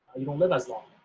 you don't live as long.